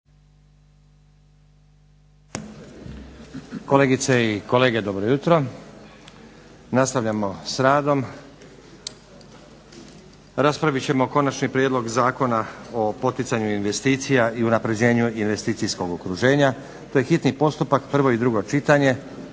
Kolegice i kolege, dobro jutro. Nastavljamo s radom. Raspravit ćemo 6. Konačni prijedlog Zakona o poticanju investicija i unapređenju investicijskog okruženja, hitni postupak, prvo i drugo čitanje,